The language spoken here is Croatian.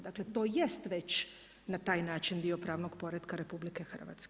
Dakle to jest već na taj način dio pravnog poretka RH.